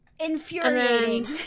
Infuriating